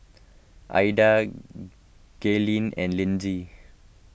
Ilda Gaylene and Lindsey